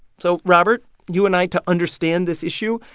so, robert, you and i, to understand this issue,